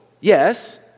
yes